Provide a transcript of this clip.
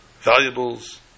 valuables